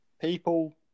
people